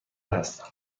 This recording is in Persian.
هستم